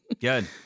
Good